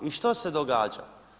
I što se događa?